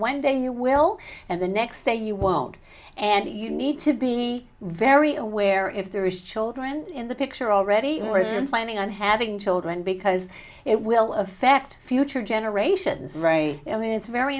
one day you will and the next day you won't and you need to be very aware if there is children in the picture already origin planning on having children because it will affect future generations ray i mean it's very